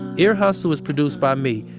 ear hustle is produced by me,